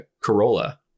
Corolla